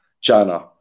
china